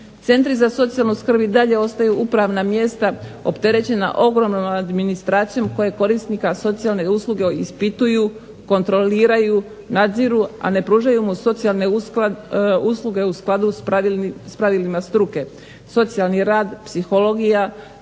Centri za socijalnu skrb i dalje ostaju upravna mjesta opterećena ogromnom administracijom koja korisnika socijalne usluge ispituju, kontroliraju, nadziru, a ne pružaju mu socijalne usluge u skladu s pravilima struke - socijalni rad, psihologija,